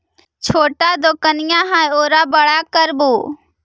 छोटा दोकनिया है ओरा बड़ा करवै?